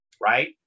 Right